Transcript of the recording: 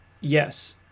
Yes